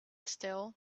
still